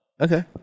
Okay